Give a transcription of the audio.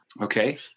Okay